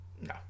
No